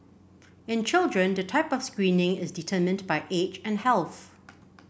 in children the type of screening is determined by age and health